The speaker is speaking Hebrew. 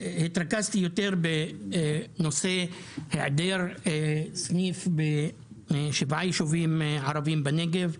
התרכזתי יותר בנושא היעדר סניף בשבעה ישובים ערביים בנגב,